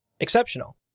exceptional